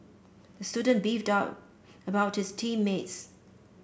the student beefed about his team mates